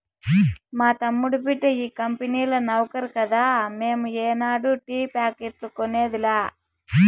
మా తమ్ముడి బిడ్డ ఈ కంపెనీల నౌకరి కదా మేము ఏనాడు టీ ప్యాకెట్లు కొనేదిలా